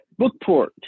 Bookport